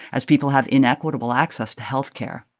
as people have inequitable access to health care